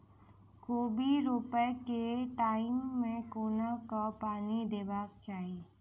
कोबी रोपय केँ टायम मे कोना कऽ पानि देबाक चही?